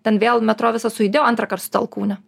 ten vėl metro visas sudėjo antrą kart alkūne